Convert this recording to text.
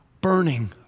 burning